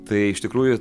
tai iš tikrųjų